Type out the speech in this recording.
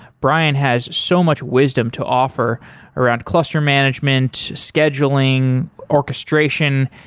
brian has so much wisdom to offer around cluster management, scheduling, orchestration.